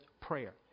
prayer